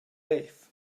grev